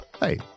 Hey